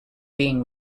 being